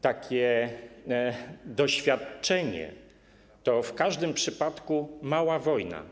Takie doświadczenie to w każdym przypadku mała wojna.